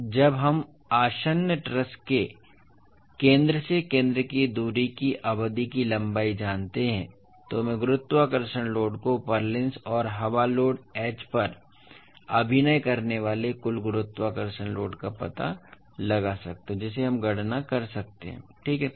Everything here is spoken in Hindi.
तो एक बार जब हम आसन्न ट्रस के केंद्र से केंद्र की दूरी की अवधि की लंबाई जानते हैं तो मैं गुरुत्वाकर्षण लोड को पुर्लिन्स P और हवा लोड H पर अभिनय करने वाले कुल गुरुत्वाकर्षण लोड का पता लगा सकता हूं जिसे हम गणना कर सकते हैं ठीक है